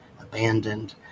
abandoned